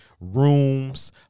rooms